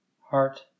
Heart